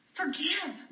forgive